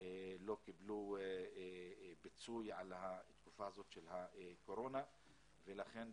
לא קיבלו פיצוי על התקופה הזאת של הקורונה ולכן,